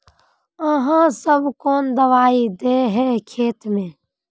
आहाँ सब कौन दबाइ दे है खेत में?